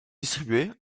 distribuées